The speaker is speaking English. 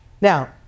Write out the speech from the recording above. Now